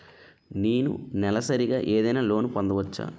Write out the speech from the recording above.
నేను నెలసరిగా ఏదైనా లోన్ పొందవచ్చా?